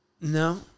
No